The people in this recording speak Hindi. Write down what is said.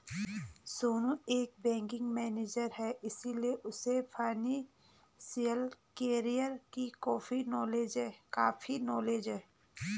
सोनू एक बैंक मैनेजर है इसीलिए उसे फाइनेंशियल कैरियर की काफी नॉलेज है